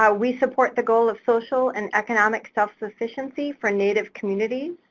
ah we support the goal of social and economic self-sufficiency for native communities.